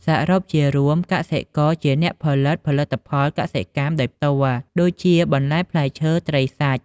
សរុបជារួម កសិករជាអ្នក ផលិត ផលិផលកសិកម្មដោយផ្ទាល់ ដូចជា បន្លែ ផ្លែឈើ ត្រី សាច់។